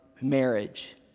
marriage